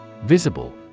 Visible